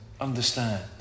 understand